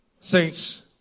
Saints